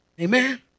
Amen